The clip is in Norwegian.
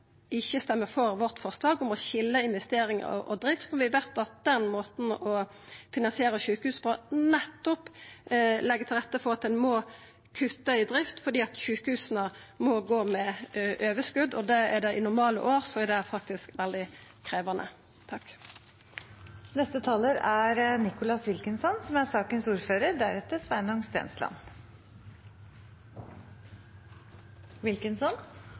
den måten å finansiera sjukehus på nettopp legg til rette for at ein må kutta i drift fordi sjukehusa må gå med overskot, og i normalår er det faktisk veldig krevjande. Jeg må bare svare Sveinung Stensland fra Høyre om avtalespesialister. Det